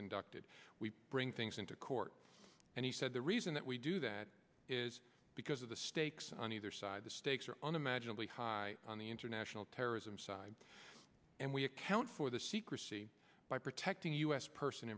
conducted we bring things into court and he said the reason that we do that is because of the stakes on either side the stakes are unimaginably high on the international terrorism side and we account for the secrecy by protecting u s person